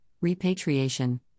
repatriation